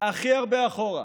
הכי הרבה אחורה,